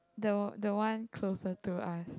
the the one closer to us